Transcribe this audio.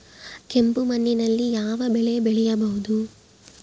ಕೆಂಪು ಮಣ್ಣಿನಲ್ಲಿ ಯಾವ ಬೆಳೆ ಬೆಳೆಯಬಹುದು?